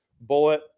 bullet